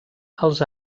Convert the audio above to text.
els